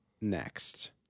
next